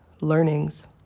learnings